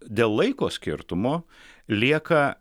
dėl laiko skirtumo lieka